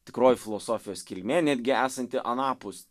tikroji filosofijos kilmė netgi esanti anapus